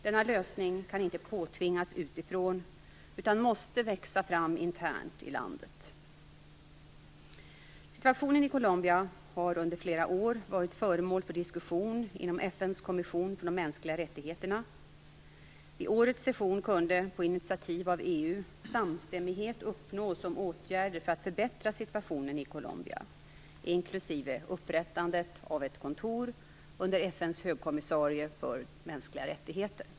Denna lösning kan inte påtvingas utifrån utan måste växa fram internt i landet. Situationen i Colombia har under flera år varit föremål för diskussion inom FN:s kommission för mänskliga rättigheter. Vid årets session kunde, på initiativ av EU, samstämmighet uppnås om åtgärder för att förbättra situationen i Colombia, inklusive upprättandet av ett kontor under FN:s högkommissarie för mänskliga rättigheter.